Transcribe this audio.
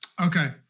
Okay